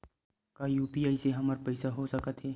का यू.पी.आई से हमर पईसा हो सकत हे?